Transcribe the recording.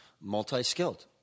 multi-skilled